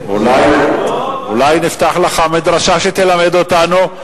אולי נפתח לך מדרשה שתלמד אותנו?